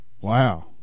Wow